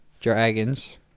Dragons